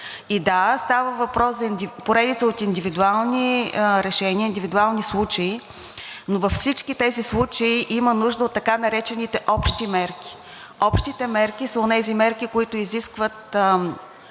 И да, става въпрос за поредица от индивидуални решения, индивидуални случаи, но във всички тези случаи има нужда от така наречените общи мерки. Общите мерки са онези мерки, които изискват